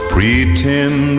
Pretend